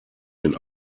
den